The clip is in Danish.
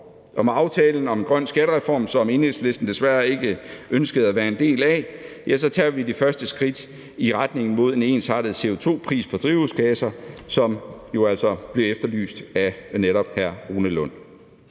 Med aftalen om en grøn skattereform, som Enhedslisten desværre ikke ønskede at være en del af, tager vi de første skridt i retning mod en ensartet CO2-pris på drivhusgasser, som jo altså blev efterlyst af netop hr. Rune Lund.